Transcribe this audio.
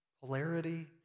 polarity